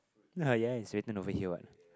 ah ya it's written over here what